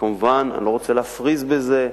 מובן שאני לא רוצה להפריז בזה,